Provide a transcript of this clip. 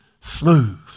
smooth